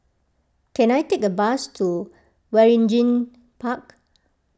can I take a bus to Waringin Park